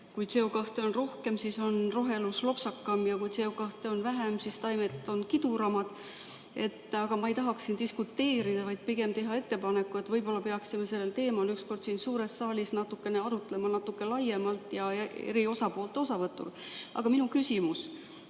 Kui CO2on rohkem, siis on rohelus lopsakam, ja kui CO2on vähem, siis on taimed kiduramad. Aga ma ei tahaks siin diskuteerida, vaid pigem teha ettepaneku, et võib-olla peaksime sellel teemal ükskord siin suures saalis arutlema natuke laiemalt ja eri osapoolte osavõtul. Aga minu küsimus.